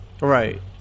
Right